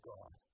God